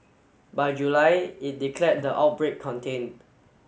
by July it declared the outbreak contained